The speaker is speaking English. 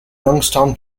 youngstown